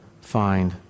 find